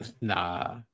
Nah